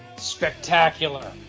spectacular